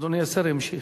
אדוני השר ימשיך.